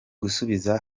gusubiza